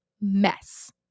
mess